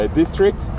district